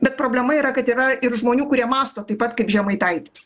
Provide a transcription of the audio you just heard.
bet problema yra kad yra ir žmonių kurie mąsto taip pat kaip žemaitaitis